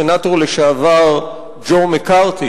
הלך לעולמו הסנטור לשעבר ג'ו מקארתי,